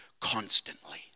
constantly